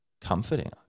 comforting